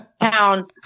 town